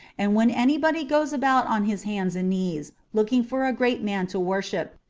and when anybody goes about on his hands and knees looking for a great man to worship,